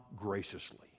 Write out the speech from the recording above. graciously